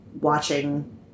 watching